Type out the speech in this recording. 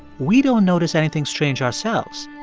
we don't notice anything strange, ourselves.